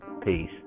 Peace